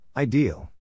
Ideal